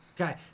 Okay